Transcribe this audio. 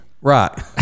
right